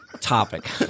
topic